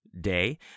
day